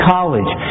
College